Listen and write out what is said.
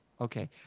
okay